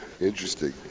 Interesting